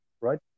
right